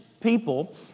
people